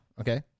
Okay